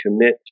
commit